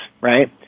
right